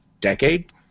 decade